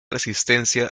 resistencia